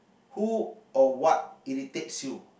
who or what irritates you